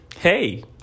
Hey